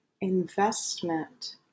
investment